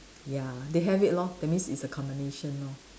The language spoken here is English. ya they have it lor that means it's a combination lor